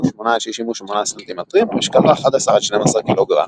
48–68 סנטימטרים ומשקלו 11–12 קילוגרם.